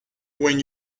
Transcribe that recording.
when